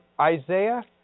Isaiah